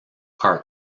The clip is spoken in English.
are